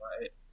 Right